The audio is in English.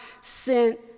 sent